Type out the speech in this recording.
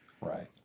right